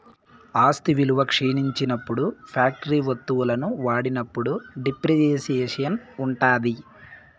ఆస్తి విలువ క్షీణించినప్పుడు ఫ్యాక్టరీ వత్తువులను వాడినప్పుడు డిప్రిసియేషన్ ఉంటాది